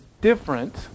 different